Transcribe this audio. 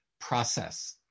process